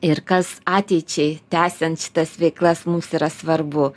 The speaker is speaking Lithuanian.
ir kas ateičiai tęsiant šitas veiklas mums yra svarbu